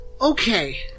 Okay